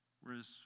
whereas